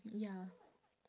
ya